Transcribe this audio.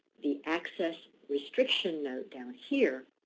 the access restriction note down here,